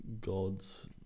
gods